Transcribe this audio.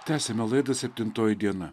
tęsiame laidą septintoji diena